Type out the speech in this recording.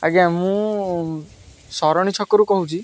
ଆଜ୍ଞା ମୁଁ ଶରଣୀ ଛକରୁ କହୁଛି